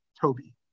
Toby